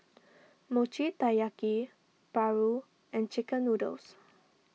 Mochi Taiyaki Paru and Chicken Noodles